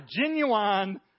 genuine